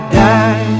die